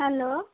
hello